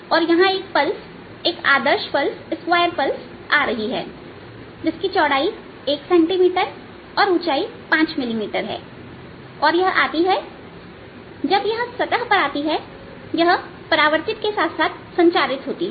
और यहां एक पल्स एक आदर्श पल्स स्क्वायर पल्स आ रही है जिसकी चौड़ाई 1 सेंटीमीटर और ऊंचाई 5 मिली मीटर है और यह आती है जब यह सतह पर आती है यह परावर्तित साथ साथ संचारित होती है